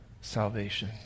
salvation